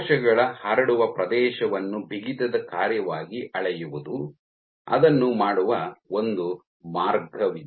ಕೋಶಗಳ ಹರಡುವ ಪ್ರದೇಶವನ್ನು ಬಿಗಿತದ ಕಾರ್ಯವಾಗಿ ಅಳೆಯುವುದು ಅದನ್ನು ಮಾಡುವ ಒಂದು ಮಾರ್ಗವಾಗಿದೆ